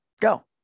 go